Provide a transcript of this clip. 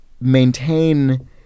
maintain